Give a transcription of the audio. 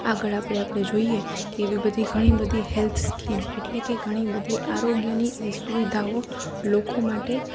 આગળ આપણે આપણે જોઈએ કે એવી બધી ઘણી હેલ્થ સ્કીમ એટલે કે ઘણી બધી આરોગ્યની એવી સુવિધાઓ લોકો માટે